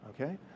Okay